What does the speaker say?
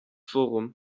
forum